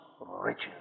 riches